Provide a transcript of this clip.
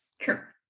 Sure